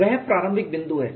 वह प्रारंभिक बिंदु है